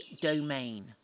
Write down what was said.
domain